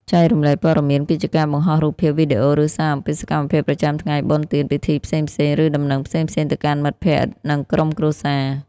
ចែករំលែកព័ត៌មាន គឺជាការបង្ហោះរូបភាព វីដេអូ ឬសារអំពីសកម្មភាពប្រចាំថ្ងៃ បុណ្យទាន ពិធីផ្សេងៗ ឬដំណឹងផ្សេងៗទៅកាន់មិត្តភក្តិ និងក្រុមគ្រួសារ។